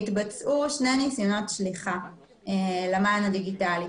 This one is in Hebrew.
שיתבצעו שני ניסיונות שליחה למען הדיגיטלי.